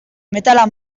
metala